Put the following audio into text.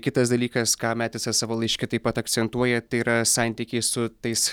kitas dalykas ką metisas savo laiške taip pat akcentuoja tai yra santykiai su tais